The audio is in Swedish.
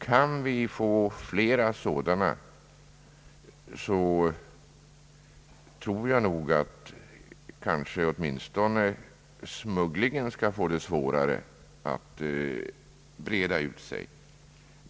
Kan vi få fler sådana hundar, kommer nog smugglingen att få svårare att breda ut sig.